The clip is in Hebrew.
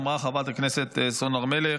ואמרה חברת הכנסת סון הר מלך.